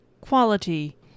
quality